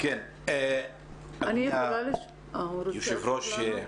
כבוד היושב-ראש,